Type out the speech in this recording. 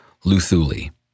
Luthuli